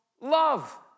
love